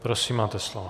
Prosím, máte slovo.